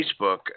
Facebook